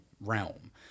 realm